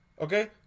Okay